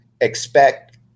expect